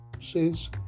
says